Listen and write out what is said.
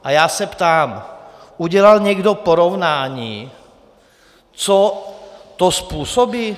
A já se ptám: Udělal někdo porovnání, co to způsobí?